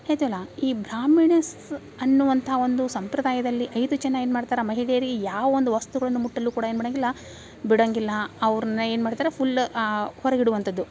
ಹೇಳ್ತೀವಲ ಈ ಬ್ರಾಹ್ಮಿಣಿಸ್ ಅನ್ನುವಂಥ ಒಂದು ಸಂಪ್ರದಾಯದಲ್ಲಿ ಐದು ಜನ ಏನು ಮಾಡ್ತಾರೆ ಮಹಿಳೆಯರಿಗೆ ಯಾವ ಒಂದು ವಸ್ತುಗಳನ್ನು ಮುಟ್ಟಲು ಕೂಡ ಏನು ಮಾಡೋಂಗಿಲ್ಲ ಬಿಡೋಂಗಿಲ್ಲ ಅವ್ರನ್ನ ಏನು ಮಾಡ್ತಾರೆ ಫುಲ್ ಆ ಹೊರಗಿಡುವಂಥದ್ದು